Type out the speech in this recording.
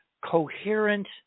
coherent